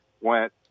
went